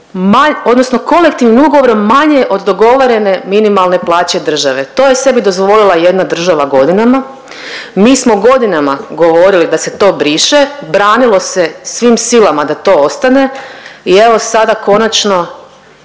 odnosno kolektivnim ugovorom manje od dogovorene minimalne plaće države. To je sebi dozvolila jedna država godinama. Mi smo godinama govorili da se to briše, branilo se svim silama da to ostane i evo sada konačno